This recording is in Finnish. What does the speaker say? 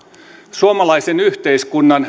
suomalaisen yhteiskunnan